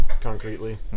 concretely